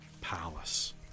palace